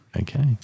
Okay